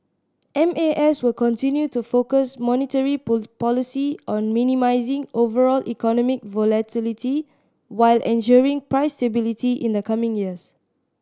M A S will continue to focus monetary policy on minimising overall economic volatility while ensuring price stability in the coming years